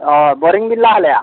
ᱚᱸᱻ ᱵᱳᱨᱤᱝ ᱵᱤᱱ ᱞᱟ ᱟᱞᱮᱭᱟ